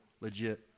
legit